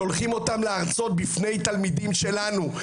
שולחים אותם להרצות בפני תלמידים שלנו,